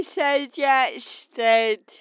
suggested